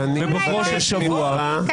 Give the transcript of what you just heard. בבוקרו של שבוע,